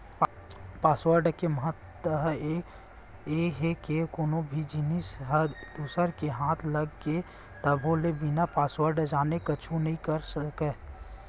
password के महत्ता ए हे के कोनो भी जिनिस ह दूसर के हाथ लग गे तभो ले बिना पासवर्ड जाने कुछु नइ कर सकय